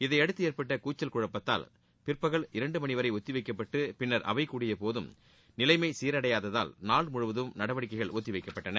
இதையடுத்து ஏற்பட்ட கூச்சல் குழப்பத்தால் பிற்பகல் இரண்டு மணிவரை ஒத்திவைக்கப்பட்டு பின்னர் அவை கூடியபோதும் நிலைமை சீரடையாததால் நாள் முழுவதும் நடவடிக்கைகள் ஒத்திவைக்கப்பட்டன